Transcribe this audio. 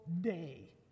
day